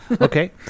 Okay